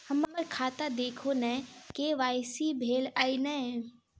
हम्मर खाता देखू नै के.वाई.सी भेल अई नै?